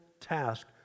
task